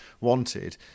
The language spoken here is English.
wanted